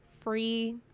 free